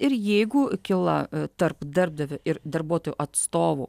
ir jeigu kyla tarp darbdavio ir darbuotojų atstovų